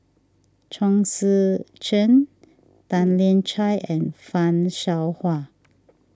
Chong Tze Chien Tan Lian Chye and Fan Shao Hua